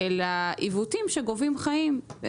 אלא עיוותים שגובים חיים.